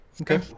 okay